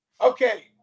okay